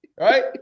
Right